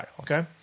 okay